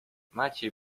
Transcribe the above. maciej